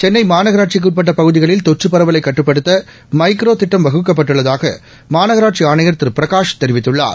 சென்னை மாநகராட்சிக்கு உட்பட்ட பகுதிகளில் தொற்று பரவலை கட்டப்படுத்த மைக்ரோ திட்டம் வகுக்கப்பட்டுள்ளதாக மாநகராட்சி ஆணையர் திரு பிரகாஷ் தெரிவித்துள்ளார்